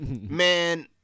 man